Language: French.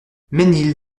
mesnil